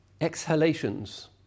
exhalations